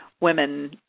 women